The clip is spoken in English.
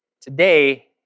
today